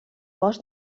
cos